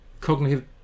cognitive